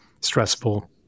stressful